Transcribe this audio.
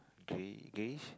can we can we